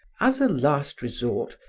as a last resort,